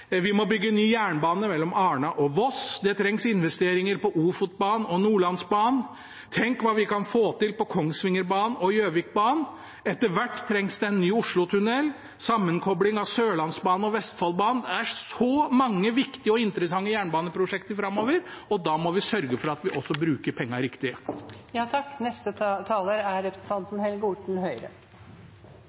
Vi må bygge ny jernbane mellom Arna og Voss. Det trengs investeringer på Ofotbanen og Nordlandsbanen. Tenk hva vi kan få til på Kongsvingerbanen og Gjøvikbanen! Etter hvert trengs det en ny Oslotunnel og sammenkopling av Sørlandsbanen og Vestfoldbanen. Det er så mange viktige og interessante jernbaneprosjekter framover, og da må vi sørge for at vi også bruker